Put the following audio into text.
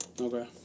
Okay